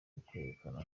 ukwerekana